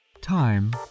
Time